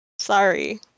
Sorry